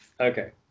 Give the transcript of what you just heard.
okay